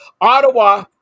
Ottawa